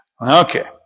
Okay